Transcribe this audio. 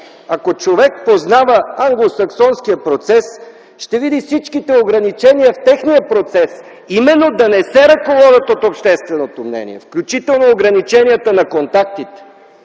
Ако човек познава англосаксонския процес, ще види всички ограничения в техния процес – именно да не се ръководят от общественото мнение, включително ограниченията на контактите,